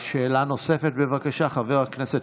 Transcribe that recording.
שאלה נוספת, בבקשה, חבר הכנסת